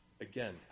again